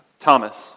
Thomas